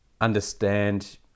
understand